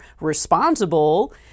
responsible